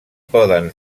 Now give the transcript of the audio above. poden